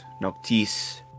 Noctis